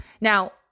Now